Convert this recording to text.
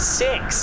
six